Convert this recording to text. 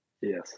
Yes